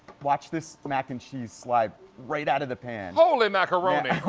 watch this mac and cheese slide right out of the pan. holy macaroni.